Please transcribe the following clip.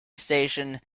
station